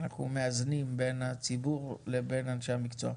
אנחנו מאזנים בין הציבור לבין אנשי המקצוע.